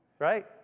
right